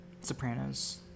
Sopranos